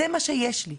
זה מה שיש לי.